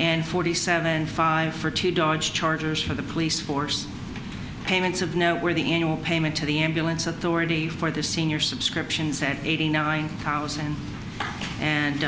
and forty seven five for t dodge chargers for the police force payments of no where the annual payment to the ambulance authority for the senior subscriptions and eighty nine house and and